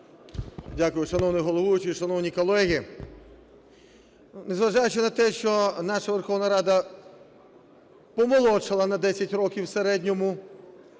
Дякую. Шановний головуючий, шановні колеги, незважаючи на те, що наша Верховна Рада помолодшала на 10 років в середньому,